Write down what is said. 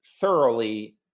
thoroughly